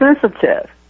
sensitive